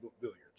Billiards